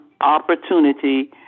opportunity